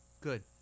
Good